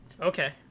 Okay